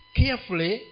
carefully